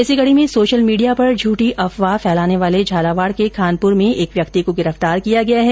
इसी कडी में सोशल मीडिया पर झूठी अफवाह फैलाने वाले झालावाड के खानपुर के एक व्यक्ति को गिरफ्तार किया गया है